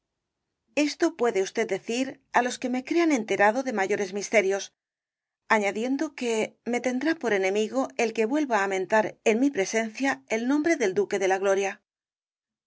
esto puede usted decir á los que me crean enterado de mayores misterios añadiendo que me tendrá por enemigo el que vuelva á mentar en mi presencia el nombre del duque de la gloria